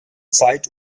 zeit